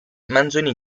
manzoni